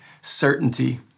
certainty